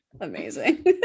Amazing